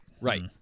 right